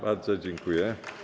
Bardzo dziękuję.